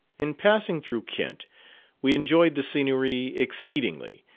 in passing through kent we enjoyed the scenery exceedingly,